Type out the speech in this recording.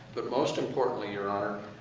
but, most importantly, your honor,